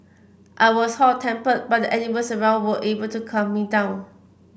I was hot tempered but the animals around were able to calm me down